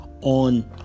on